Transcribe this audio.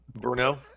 Bruno